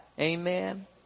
Amen